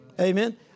Amen